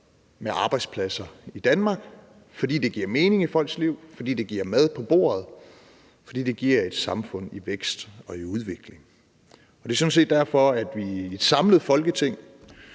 med arbejdspladser i Danmark, fordi det giver mening i folks liv, fordi det giver mad på bordet, og fordi det giver et samfund i vækst og i udvikling. Det er sådan set derfor, at et samlet Folketing